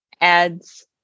adds